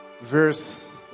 Verse